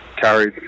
carried